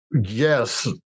yes